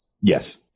Yes